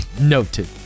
Noted